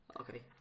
Okay